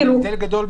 זה הבדל גדול,